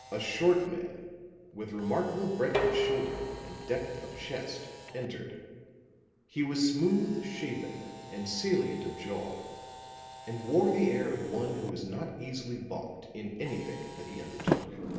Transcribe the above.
a short man with remarkable breadth of shoulder and depth of chest entered he was smooth shaven and salient of jaw and wore the air of one who was not easily balked in anything that he undertook.